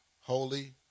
holy